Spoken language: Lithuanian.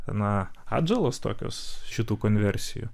na atžalos tokios šitų konversijų